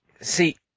see